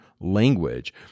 language